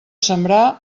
sembrar